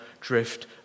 drift